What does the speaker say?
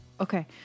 Okay